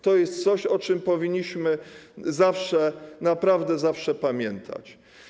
To jest coś, o czym powinniśmy zawsze, naprawdę zawsze pamiętać.